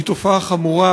היא תופעה חמורה,